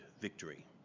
victory